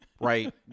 right